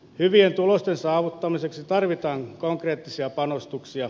hyvien tulosten saavuttamiseksi tarvitaan konkreettisia panostuksia